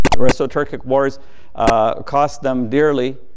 reso-turkic wars cost them dearly,